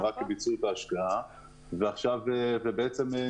הם רק ביצעו את ההשקעה ועכשיו הם נסגרו.